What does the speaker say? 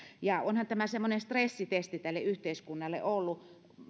ja onhan tämä semmoinen stressitesti tälle yhteiskunnalle ollut